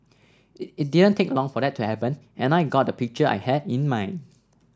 it didn't take long for that to happen and I got the picture I had in mind